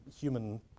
human